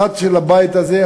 אחת של הבית הזה,